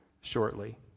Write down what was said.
shortly